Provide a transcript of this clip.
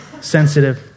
sensitive